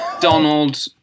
Donald